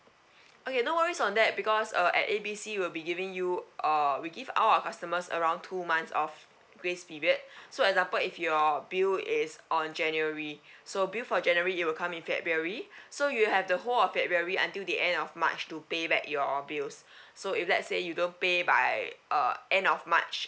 okay no worries on that because uh at A B C we'll be giving you uh we give all our customers around two months of grace period so example if your bill is on january so bill for january it will come in february so you have the whole of february until the end of march to pay back your bills so if let say you don't pay by uh end of march